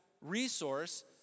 resource